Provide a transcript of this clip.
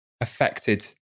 affected